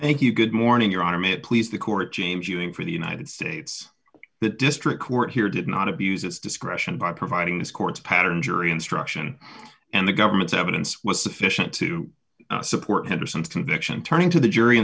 thank you good morning your honor may it please the court james ewing for the united states that district court here did not abuse its discretion by providing this court's pattern jury instruction and the government's evidence was sufficient to support henderson's conviction turning to the jury